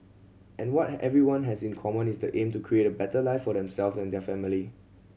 and what everyone has in common is the aim to create a better life for them self and their family